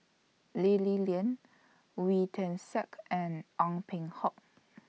Lee Li Lian Wee Tian Siak and Ong Peng Hock